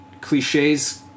cliches